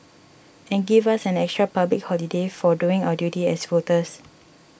and give us an extra public holiday for doing our duty as voters